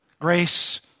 Grace